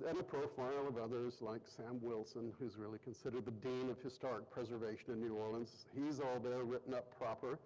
many and profile of others like sam wilson, who is really considered the bane of historic preservation in new orleans. he's all there written up proper.